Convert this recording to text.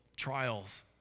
trials